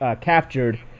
captured